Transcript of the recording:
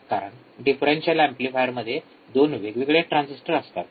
कारण differential amplifier मध्ये २ वेगवेगळे ट्रांजिस्टर असतात